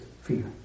fear